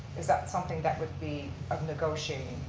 is that something that would be of negotiating?